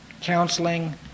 counseling